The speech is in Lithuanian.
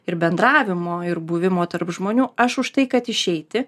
ir bendravimo ir buvimo tarp žmonių aš už tai kad išeiti